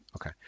Okay